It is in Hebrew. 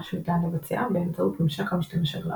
שניתן לבצע באמצעות ממשק המשתמש הגרפי,